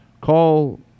call